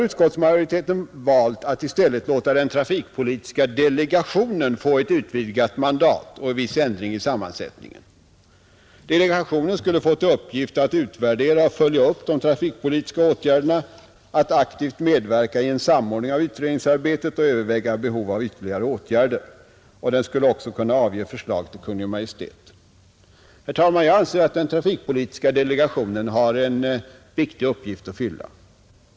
Utskottsmajoriteten har i stället valt att låta den trafikpolitiska delegationen få ett utvidgat mandat och viss ändring i sammansättningen, Delegationen skulle få till uppgift att utvärdera och följa upp de trafikpolitiska åtgärderna, aktivt medverka i en samordning av utredningsarbetet och överväga behovet av ytterligare åtgärder, Delegationen skall också kunna avge förslag till Kungl. Maj:t. Herr talman! Jag anser att den trafikpolitiska delegationen har en viktig uppgift att fylla.